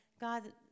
God